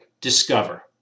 discover